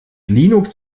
linux